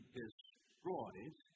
destroyed